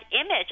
image